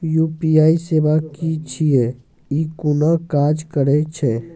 UPI सेवा की छियै? ई कूना काज करै छै?